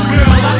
Girl